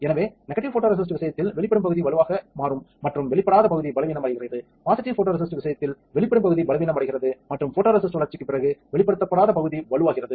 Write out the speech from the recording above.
எனவே negative photoresist விஷயத்தில் வெளிப்படும் பகுதி வலுவாக மாறும் மற்றும் வெளிப்படாத பகுதி பலவீனமடைகிறது பாசிட்டிவ் போடோரேசிஸ்ட் விஷயத்தில் வெளிப்படும் பகுதி பலவீனமடைகிறது மற்றும் போடோரேசிஸ்ட் வளர்ச்சிக்குப் பிறகு வெளிப்படுத்தப்படாத பகுதி வலுவாகிறது